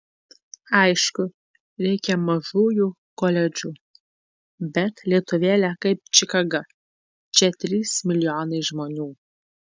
aišku reikia mažųjų koledžų bet lietuvėlė kaip čikaga čia trys milijonai žmonių